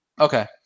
Okay